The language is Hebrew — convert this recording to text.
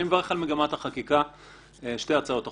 אני מברך על מגמת החקיקה של שתי הצעות החוק,